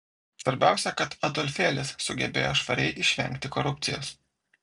svarbiausia kad adolfėlis sugebėjo švariai išvengti korupcijos